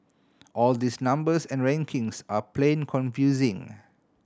all these numbers and rankings are plain confusing